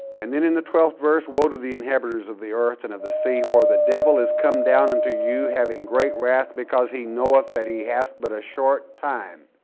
and then in the twelfth verse, woe to the inhabitors of the earth and of the sea for the devil is come down into you having great wrath because he knoweth that he hath but a short time.